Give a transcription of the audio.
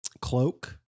cloak